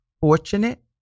fortunate